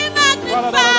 magnify